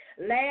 Last